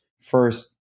first